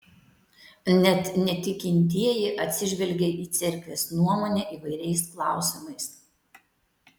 net netikintieji atsižvelgia į cerkvės nuomonę įvairiais klausimais